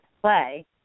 play